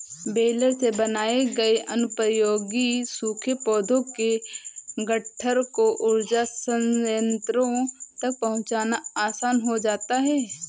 baler से बनाए गए अनुपयोगी सूखे पौधों के गट्ठर को ऊर्जा संयन्त्रों तक पहुँचाना आसान हो जाता है